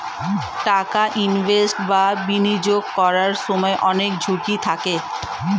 টাকা ইনভেস্ট বা বিনিয়োগ করার সময় অনেক ঝুঁকি থাকে